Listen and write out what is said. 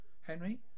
Henry